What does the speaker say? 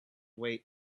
wait